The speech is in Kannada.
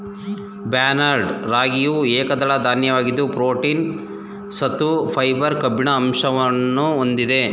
ಬರ್ನ್ಯಾರ್ಡ್ ರಾಗಿಯು ಏಕದಳ ಧಾನ್ಯವಾಗಿದ್ದು ಪ್ರೋಟೀನ್, ಸತ್ತು, ಫೈಬರ್, ಕಬ್ಬಿಣದ ಅಂಶಗಳನ್ನು ಹೊಂದಿದೆ